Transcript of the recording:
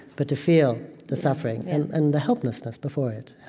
but to feel the suffering and and the helplessness before it. and